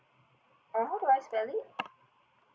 uh how do I spell it